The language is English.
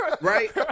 Right